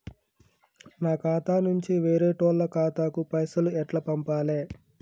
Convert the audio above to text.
నా ఖాతా నుంచి వేరేటోళ్ల ఖాతాకు పైసలు ఎట్ల పంపాలే?